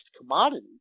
commodity